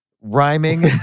rhyming